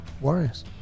Warriors